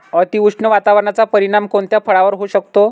अतिउष्ण वातावरणाचा परिणाम कोणत्या फळावर होऊ शकतो?